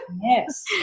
Yes